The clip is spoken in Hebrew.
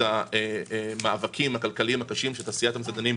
ניהלנו מאבקים קשים בתעשייה שלנו.